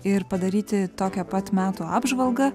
ir padaryti tokią pat metų apžvalgą